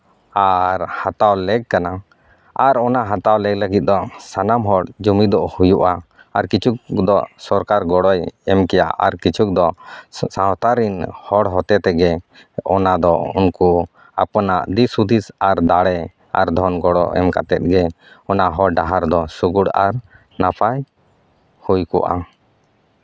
ᱟᱨ ᱦᱟᱛᱟᱣ ᱞᱮᱠ ᱠᱟᱱᱟ ᱟᱨ ᱚᱱᱟ ᱦᱟᱛᱟᱣ ᱞᱮᱠ ᱞᱟᱹᱜᱤᱫ ᱫᱚ ᱥᱟᱱᱟᱢ ᱦᱚᱲ ᱡᱩᱢᱤᱫᱚᱜ ᱦᱩᱭᱩᱜᱼᱟ ᱟᱨ ᱠᱤᱪᱷᱩᱠ ᱫᱚ ᱥᱚᱨᱠᱟᱨ ᱜᱚᱲᱚᱭ ᱮᱢ ᱠᱮᱭᱟ ᱟᱨ ᱠᱤᱪᱷᱩᱠ ᱫᱚ ᱥᱟᱶᱛᱟ ᱨᱮᱱ ᱦᱚᱲ ᱦᱚᱛᱮ ᱛᱮᱜᱮ ᱚᱱᱟ ᱫᱚ ᱩᱱᱠᱩ ᱟᱯᱚᱱᱟᱜ ᱫᱤᱥᱦᱩᱫᱤᱥ ᱟᱨ ᱫᱟᱲᱮ ᱟᱨ ᱫᱷᱚᱱ ᱜᱚᱲᱚ ᱮᱢ ᱠᱟᱛᱮᱫ ᱜᱮ ᱚᱱᱟ ᱦᱚᱨ ᱰᱟᱦᱟᱨ ᱫᱚ ᱥᱳᱜᱳᱲ ᱟᱨ ᱱᱟᱯᱟᱭ ᱦᱩᱭ ᱠᱚᱜᱼᱟ